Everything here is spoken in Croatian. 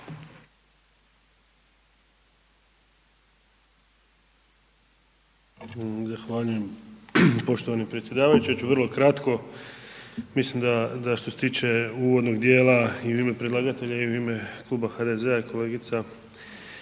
Zahvaljujem poštovani predsjedavajući. Ja ću vrlo kratko, mislim da što se tiče uvodnog djela i u ime predlagatelja i u ime kluba HDZ-a i kolegica